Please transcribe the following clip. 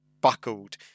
buckled